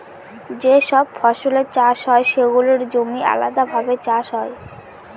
যে সব ফসলের চাষ হয় সেগুলোর জমি আলাদাভাবে চাষ হয়